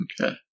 Okay